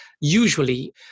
usually